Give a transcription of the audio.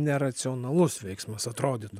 neracionalus veiksmas atrodytų